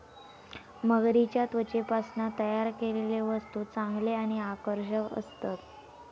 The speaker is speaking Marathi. मगरीच्या त्वचेपासना तयार केलेले वस्तु चांगले आणि आकर्षक असतत